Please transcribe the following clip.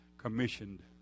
commissioned